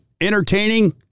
entertaining